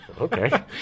Okay